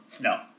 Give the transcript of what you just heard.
No